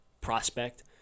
prospect